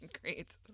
great